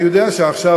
אני יודע שעכשיו,